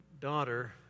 daughter